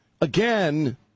again